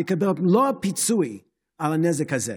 יקבל את מלוא הפיצוי על הנזק הזה.